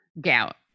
gout